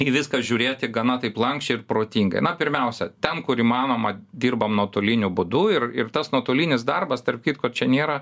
į viską žiūrėti gana taip lanksčiai ir protingai na pirmiausia ten kur įmanoma dirbame nuotoliniu būdu ir ir tas nuotolinis darbas tarp kitko čia nėra